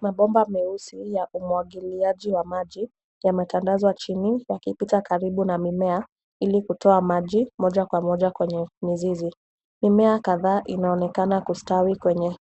Mabomba meusi ya umwagiliaji wa maji yametandazwa chini yakipita karibu na mimea ili kutoa maji moja kwa moja kwenye mizizi. Mimea kadhaa inaonekana kustawi kwenye